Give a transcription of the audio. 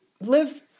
live